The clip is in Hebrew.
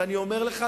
ואני אומר לך,